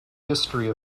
history